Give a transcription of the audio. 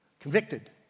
Convicted